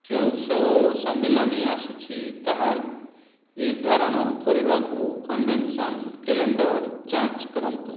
କେଉଁ ଶୋ ସମ୍ମିଳନୀ ଆସୁଛି ତାହା ନିର୍ଦ୍ଧାରଣ କରିବାକୁ କନଭେନସନ୍ କ୍ୟାଲେଣ୍ଡର୍ ଯାଞ୍ଚ କରନ୍ତୁ